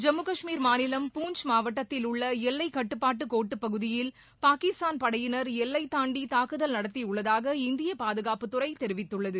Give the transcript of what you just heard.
ஜம்மு காஷ்மீர் மாநிலம் பூஞ்ச் மாவட்டத்திலுள்ள எல்லை கட்டுப்பாட்டு கோட்டு பகுதியில் பாகிஸ்தர்ன் பனடயினர் எல்லை தாண்டி தாக்குதல் நடத்தி உள்ளதாக இந்திய பாதுகாப்புத்துறை தெரிவித்துள்ளது